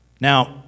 now